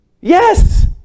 Yes